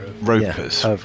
Ropers